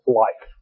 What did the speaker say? life